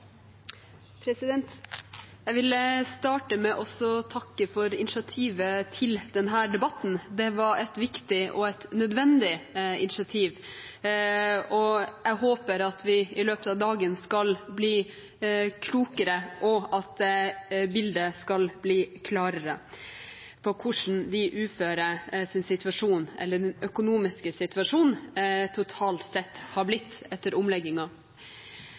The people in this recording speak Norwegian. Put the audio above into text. Jeg vil starte med å takke for initiativet til denne debatten. Det var et viktig og nødvendig initiativ. Jeg håper at vi i løpet av dagen skal bli klokere, og at bildet av hvordan den økonomiske situasjonen for de uføre totalt sett har blitt etter omleggingen, skal bli klarere.